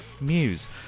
Muse